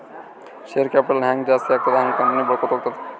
share capital ಹ್ಯಾಂಗ್ ಜಾಸ್ತಿ ಆಗ್ತದ ಹಂಗ್ ಕಂಪನಿ ಬೆಳ್ಕೋತ ಹೋಗ್ತದ